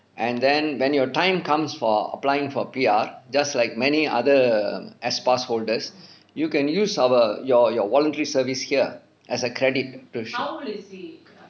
and then when your time comes for applying for P_R just like many other um S pass holders you can use our your your voluntary service here as a credit